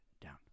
Down